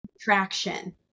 traction